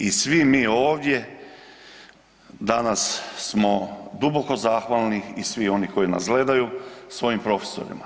I svi mi ovdje danas smo duboko zahvalni i svi oni koji nas gledaju svojim profesorima.